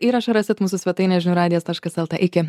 įrašą rasit mūsų svetainėj žinių radijas taškas lt iki